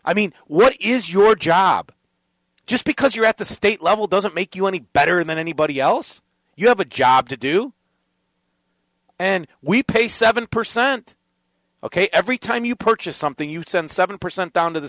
i mean what is your job just because you're at the state level doesn't make you any better than anybody else you have a job to do and we pay seven percent ok every time you purchase something you send seven percent down to the